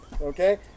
Okay